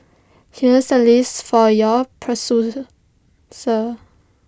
here's A list for your pursue sir